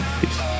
Peace